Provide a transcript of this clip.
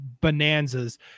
bonanzas